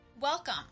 welcome